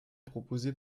proposé